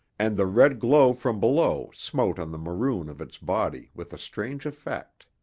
and the red glow from below smote on the maroon of its body with a strange effect.